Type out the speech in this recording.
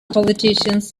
politicians